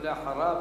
ואחריו,